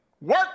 Work